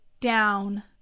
down